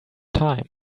time